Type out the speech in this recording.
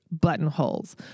buttonholes